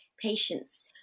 patients